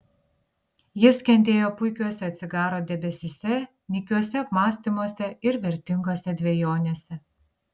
jis skendėjo puikiuose cigaro debesyse nykiuose apmąstymuose ir vertingose dvejonėse